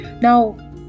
now